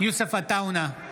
יוסף עטאונה,